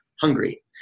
hungry